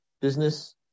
business